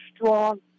strong